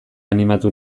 animatu